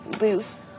loose